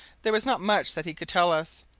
there was not much that he could tell us,